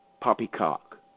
poppycock